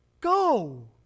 go